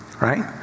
right